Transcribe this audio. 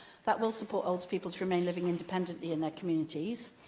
that will support older people to remain living independently in their communities,